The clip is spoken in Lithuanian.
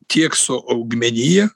tiek su augmenija